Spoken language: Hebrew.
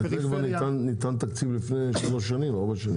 לזה כבר ניתן תקציב לפני שלוש-ארבע שנים.